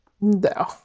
No